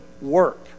work